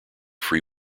free